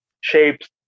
shapes